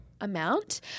amount